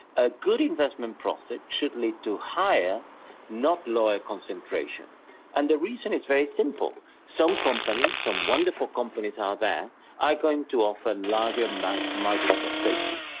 a good investment process should lead to higher not lower concentration and the reason is very simple, some companies, some wonderful companies out there are going to offer larger margins of safety.